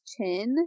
chin